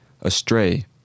Astray